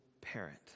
parent